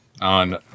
on